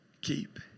keep